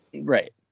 Right